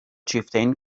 chieftain